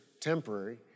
temporary